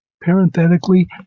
parenthetically